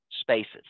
spaces